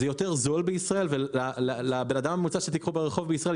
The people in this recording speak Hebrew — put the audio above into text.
זה יותר זול בישראל ולבן אדם הממוצע שתיקחו ברחוב בישראל,